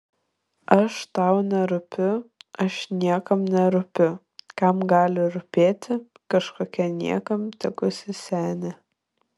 aš tau nerūpiu aš niekam nerūpiu kam gali rūpėti kažkokia niekam tikusi senė